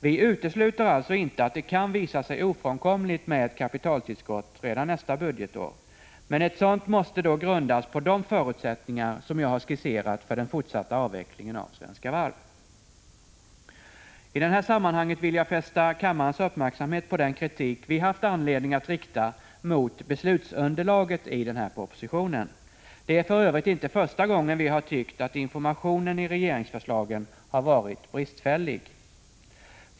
Vi utesluter således inte att det kan visa sig ofrånkomligt med ett kapitaltillskott redan nästa budgetår. Men ett sådant måste då grundas på de förutsättningar för den fortsatta avvecklingen av Svenska Varv som jag har skisserat. I det här sammanhanget vill jag fästa kammarens uppmärksamhet på den kritik vi haft anledning att rikta mot beslutsunderlaget i propositionen. Det är för övrigt inte första gången vi har tyckt att informationen i regeringsförslagen har varit bristfällig.